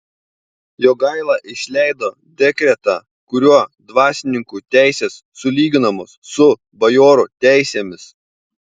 jogaila išleido dekretą kuriuo dvasininkų teisės sulyginamos su bajorų teisėmis